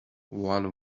one